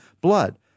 blood